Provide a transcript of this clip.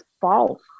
false